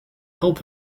help